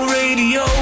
radio